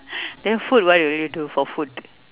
then food what will you do for food